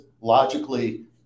logically